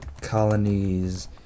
colonies